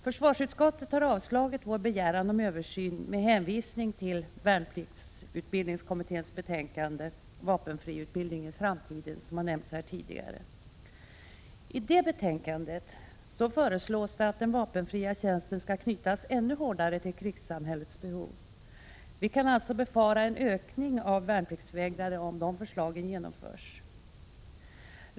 Försvarsutskottet har avstyrkt vår begäran om översyn med hänvisning till värnpliktsutbildningskommitténs betänkande Vapenfriutbildningen i framtiden, som har nämnts här tidigare. I detta betänkande föreslås att den vapenfria tjänsten skall knytas ännu hårdare till krigssamhällets behov. Vi kan alltså befara en ökning av värnpliktsvägrare om förslagen genomförs.